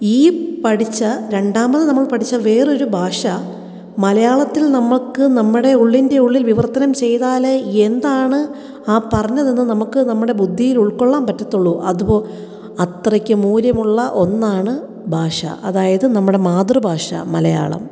ഈ പഠിച്ച രണ്ടാമത് നമ്മൾ പഠിച്ച വേറൊരു ഭാഷ മലയാളത്തിൽ നമുക്ക് നമ്മുടെ ഉള്ളിൻ്റെ ഉള്ളിൽ വിവർത്തനം ചെയ്താലേ എന്താണ് ആ പറഞ്ഞതെന്ന് നമുക്ക് നമ്മുടെ ബുദ്ധിയിൽ ഉൾക്കൊള്ളാൻ പറ്റത്തുള്ളൂ അതുപോ അത്രയ്ക്ക് മൂല്യമുള്ള ഒന്നാണ് ഭാഷ അതായത് നമ്മുടെ മാതൃഭാഷ മലയാളം